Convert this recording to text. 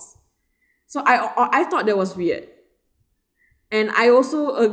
so I uh I thought that was weird and I also a